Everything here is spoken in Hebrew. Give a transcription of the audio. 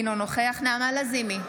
אינו נוכח נעמה לזימי,